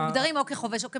שמוגדרים או כחובש או כפרמדיק,